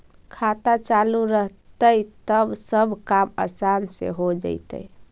खाता चालु रहतैय तब सब काम आसान से हो जैतैय?